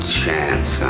chance